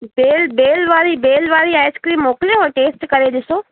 बेल बेल वारी बेल वारी आइस्क्रीम मोकिलियांव टेस्ट करे ॾिसो